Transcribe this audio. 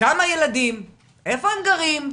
כמה ילדים, איפה הם גרים,